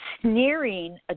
Sneering